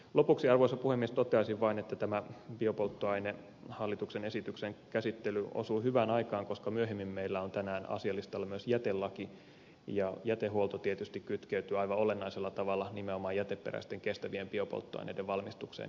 lopuksi arvoisa puhemies toteaisin vain että tämä biopolttoainetta koskevan hallituksen esityksen käsittely osuu hyvään aikaan koska myöhemmin meillä on tänään asialistalla myös jätelaki ja jätehuolto tietysti kytkeytyy aivan olennaisella tavalla nimenomaan jäteperäisten kestävien biopolttoaineiden valmistukseen